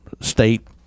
state